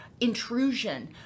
intrusion